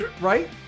right